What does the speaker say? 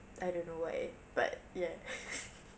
I don't know why but ya